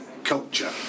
Culture